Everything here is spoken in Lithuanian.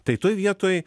tai toj vietoj